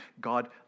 God